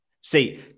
See